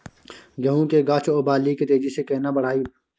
गेहूं के गाछ ओ बाली के तेजी से केना बढ़ाइब?